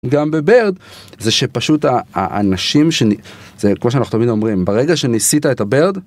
גם בברד זה שפשוט האנשים שזה כמו שאנחנו תמיד אומרים ברגע שניסית את הברד.